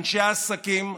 אנשי העסקים,